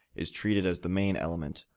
is treated as the main element,